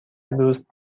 دوست